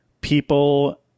people